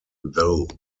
though